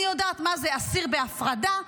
אני יודעת מה זה אסיר בהפרדה,